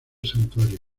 santuario